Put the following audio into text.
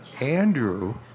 Andrew